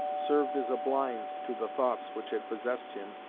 served as a blind to the thoughts which had possessed him,